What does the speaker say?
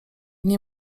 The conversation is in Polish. nie